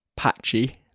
patchy